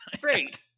great